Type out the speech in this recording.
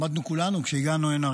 למדנו כולנו כשהגענו הנה,